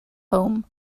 home